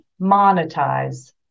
monetize